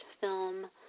film